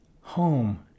Home